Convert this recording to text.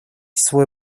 свой